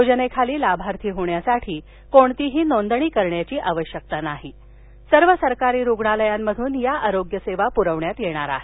योजनेखाली लाभार्थी होण्यासाठी कोणतीही नोंदणी करण्याची आवश्यकता नाही सर्व सरकारी रुग्णालयांमधून या आरोग्यसेवा पुरवण्यात येतील